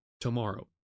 tomorrow